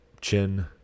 chin